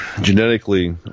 genetically